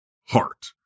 Heart